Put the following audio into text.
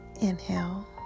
inhale